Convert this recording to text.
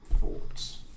Thoughts